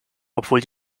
obwohl